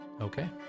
Okay